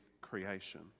creation